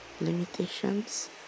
limitations